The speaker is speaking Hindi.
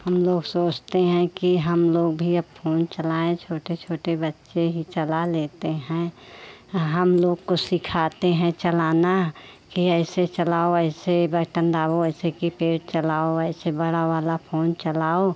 हम लोग सोचते हैं कि हम लोग भी अब फोन चलाएं छोटे छोटे बच्चे ही चला लेते हैं और हम लोग को सिखाते हैं चलाना कि ऐसे चलाओ ऐसे बटन दाबो ऐसे कीपेड चलाओ ऐसे बड़ा वाला फोन चलाओ